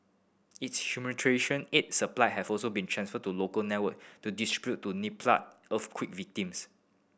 its humanitarian aid supply have also been transferred to local network to distribute to Nepali earthquake victims